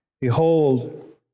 Behold